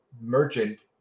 Merchant